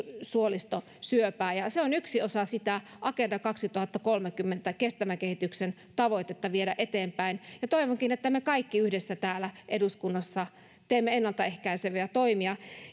suolistosyöpää ja ja se on yksi osa agenda kaksituhattakolmekymmentän kestävän kehityksen tavoitteiden viemistä eteenpäin ja toivonkin että me kaikki yhdessä täällä eduskunnassa teemme ennalta ehkäiseviä toimia